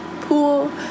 pool